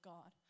God